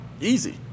Easy